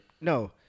no